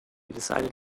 decided